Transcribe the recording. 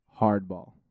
Hardball